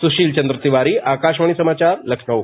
सुशील चन्द्र तिवारी आकाशवाणी समाचार लखनऊ